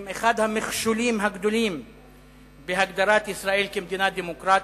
הם מהמכשולים הגדולים בהגדרת ישראל כמדינה דמוקרטית,